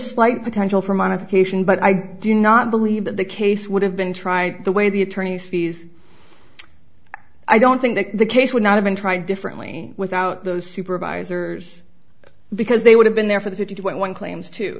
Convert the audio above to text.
slight potential for him on occasion but i do not believe that the case would have been tried the way the attorneys fees i don't think that the case would not have been tried differently without those supervisors because they would have been there for the fifty one claims to